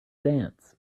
dance